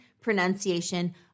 pronunciation